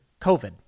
COVID